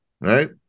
right